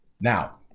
Now